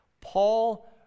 Paul